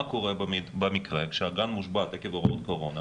קורה במקרה שהגן מושבת עקב הקורונה?